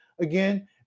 again